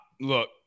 look